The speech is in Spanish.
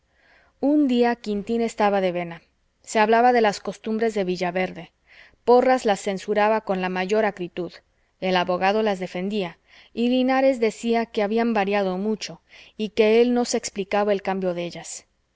un día quintín estaba de vena se hablaba de las costumbres de villaverde porras las censuraba con la mayor acritud el abogado las defendía y linares decía que habían variado mucho y que él no se explicaba el cambio de ellas